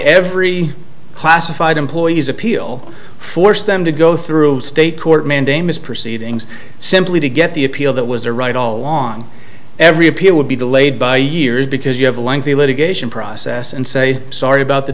every classified employee's appeal force them to go through state court mandamus proceedings simply to get the appeal that was a right all along every appeal would be delayed by years because you have a lengthy litigation process and say sorry about th